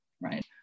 right